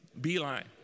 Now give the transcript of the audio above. Beeline